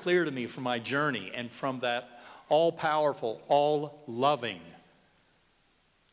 clear to me from my journey and from that all powerful all loving